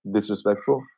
Disrespectful